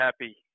happy